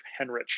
Henrich